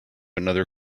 another